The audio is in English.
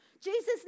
Jesus